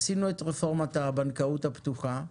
עשינו את רפורמת הבנקאות הפתוחה,